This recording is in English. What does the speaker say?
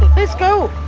let's go!